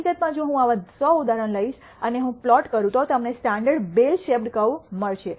હકીકતમાં જો હું આવા 100 ઉદાહરણો લઈશ અને હું પ્લોટ કરું તો તમને આ સ્ટાન્ડર્ડ બેલ શૈપ્ડ કર્વ મળશે